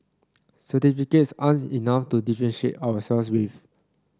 certificates aren't enough to differentiate ourselves with